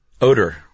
Odor